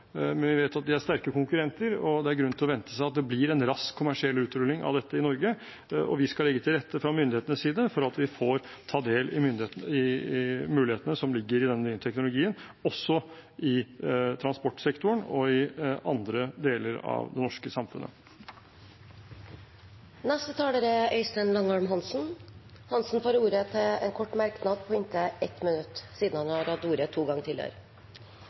vi vet at de er sterke konkurrenter, og det er grunn til å vente at det blir en rask kommersiell utrulling av dette i Norge. Vi skal legge til rette fra myndighetenes side for at vi får ta del i mulighetene som ligger i denne nye teknologien, også i transportsektoren og i andre deler av det norske samfunnet. Representanten Øystein Langholm Hansen har hatt ordet to ganger tidligere og får ordet til en kort merknad, begrenset til 1 minutt.